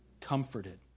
Comforted